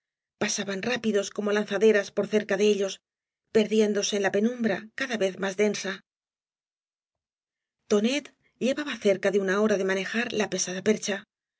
pasaban rápidos como lanzaderas por eerca de ellos perdiéndose en la penumbra cada vez más densa tonet llevaba cerca de una hora de manejar la pesada percha